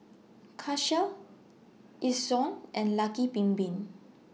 Karcher Ezion and Lucky Bin Bin